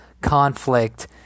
conflict